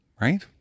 Right